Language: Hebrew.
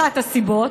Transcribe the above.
אחת הסיבות.